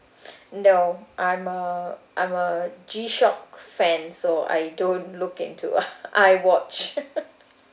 no I'm a I'm a G-Shock fan so I don't look into I watch